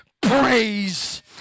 praise